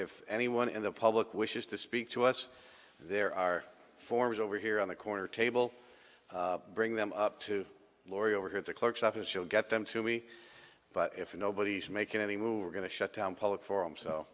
if anyone in the public wishes to speak to us there are forms over here on the corner table bring them up to laurie over here at the clerk's office you'll get them to me but if nobody's making any move going to shutdown public forum so